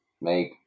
make